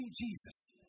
Jesus